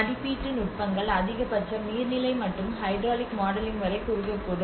மதிப்பீட்டு நுட்பங்கள் அதிகபட்சம் நீர்நிலை மற்றும் ஹைட்ராலிக் மாடலிங் வரை குறுகக்கூடும்